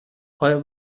آیا